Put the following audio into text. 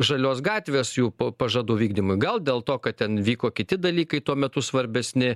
žalios gatvės jų po pažadų vykdymui gal dėl to kad ten vyko kiti dalykai tuo metu svarbesni